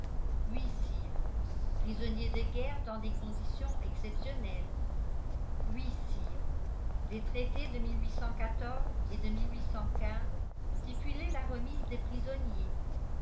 sire prisonnier de guerre dans des conditions exceptionnelles oui sire les traités de et de stipulaient la remise des prisonniers